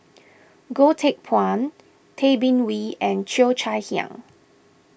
Goh Teck Phuan Tay Bin Wee and Cheo Chai Hiang